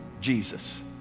Jesus